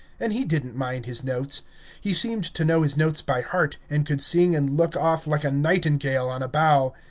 and he did n't mind his notes he seemed to know his notes by heart, and could sing and look off like a nightingale on a bough.